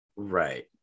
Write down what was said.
Right